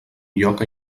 lloc